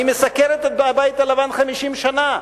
היא מסקרת את הבית הלבן 50 שנה,